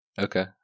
Okay